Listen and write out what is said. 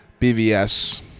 BVS